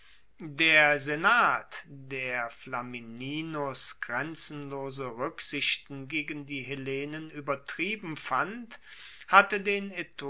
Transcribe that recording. der senat der flamininus grenzenlose ruecksichten gegen die hellenen uebertrieben fand hatte den